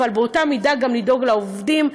אבל באותה מידה גם לדאוג לעובדים,